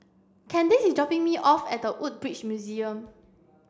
Kandice is dropping me off at The Woodbridge Museum